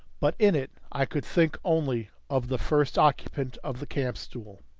but in it i could think only of the first occupant of the camp-stool.